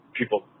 people